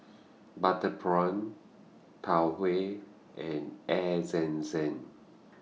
Butter Prawn Tau Huay and Air Zam Zam